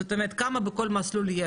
זאת אומרת כמה בכל מסלול יש.